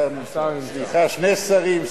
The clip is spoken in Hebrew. יש שר, שני שרים.